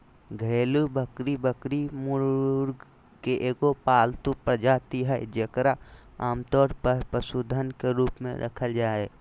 घरेलू बकरी बकरी, मृग के एगो पालतू प्रजाति हइ जेकरा आमतौर पर पशुधन के रूप में रखल जा हइ